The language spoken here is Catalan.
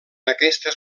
aquestes